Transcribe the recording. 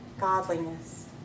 godliness